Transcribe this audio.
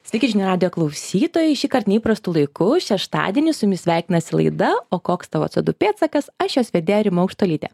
sveiki žinių radijo klausytojai šįkart neįprastu laiku šeštadienį su jumis sveikinasi laida o koks tavo co du pėdsakas aš jos vedėja rima aukštuolytė